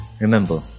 Remember